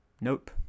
Nope